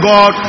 God